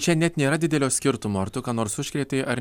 čia net nėra didelio skirtumo ar tu ką nors užkrėtei ar